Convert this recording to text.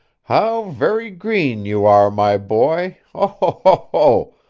how very green you are, my boy. oh